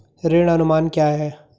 ऋण अनुमान क्या है?